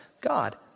God